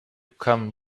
come